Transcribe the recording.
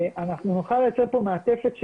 אנחנו נוכל ליצור כאן מעטפת,